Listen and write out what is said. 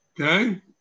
Okay